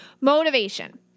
Motivation